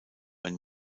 ein